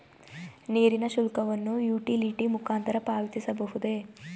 ನೀರಿನ ಶುಲ್ಕವನ್ನು ಯುಟಿಲಿಟಿ ಮುಖಾಂತರ ಪಾವತಿಸಬಹುದೇ?